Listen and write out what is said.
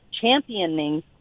championing